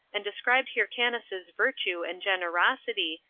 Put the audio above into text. and described hyrcanus's virtue and generosity,